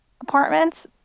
apartments